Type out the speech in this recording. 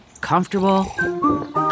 Comfortable